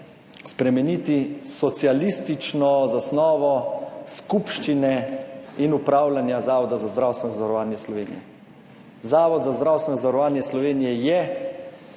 spremeniti socialistično zasnovo skupščine in upravljanja Zavoda za zdravstveno zavarovanje Slovenije. Zavod za zdravstveno zavarovanje Slovenije je